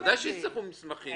ודאי שיצטרכו מסמכים.